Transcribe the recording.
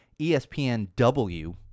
ESPNW